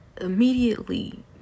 immediately